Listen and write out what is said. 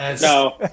no